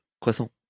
Croissant